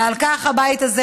ועל כך הבית הזה,